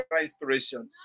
inspiration